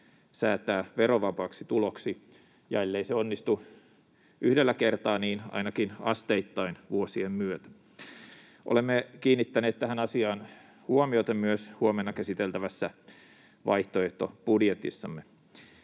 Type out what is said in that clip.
säätää verovapaaksi tuloksi, ja ellei se onnistu yhdellä kertaa, niin ainakin asteittain vuosien myötä. Olemme kiinnittäneet tähän asiaan huomiota myös huomenna käsiteltävässä vaihtoehtobudjetissamme.